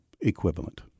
equivalent